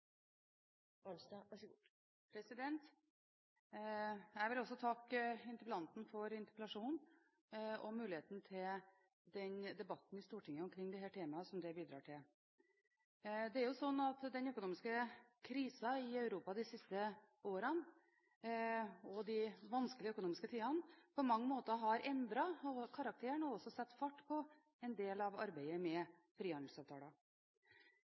Jeg vil også takke interpellanten for interpellasjonen og muligheten for den debatten her i Stortinget som den bidrar til. Den økonomiske krisa i Europa de siste årene og de vanskelige økonomiske tidene har på mange måter endret karakteren til og satt fart på en del av arbeidet med frihandelsavtaler.